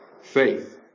faith